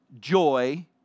Joy